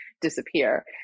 disappear